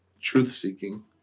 truth-seeking